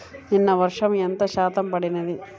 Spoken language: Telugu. నిన్న వర్షము ఎంత శాతము పడినది?